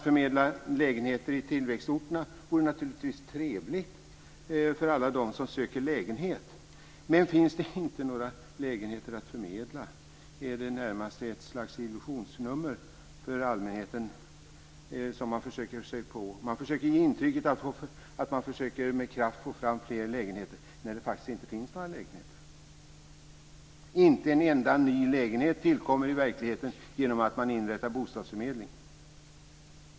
Förmedling av lägenheter på tillväxtorterna vore naturligtvis trevligt för alla dem som söker lägenhet, men finns det inte några lägenheter att förmedla är det närmast ett slags illusionsnummer för allmänheten som man försöker sig på. Man försöker ge intrycket att man med kraft försöker få fram fler lägenheter när det faktiskt inte finns några lägenheter. Inte en enda ny lägenhet tillkommer i verkligheten genom att man inrättar bostadsförmedling.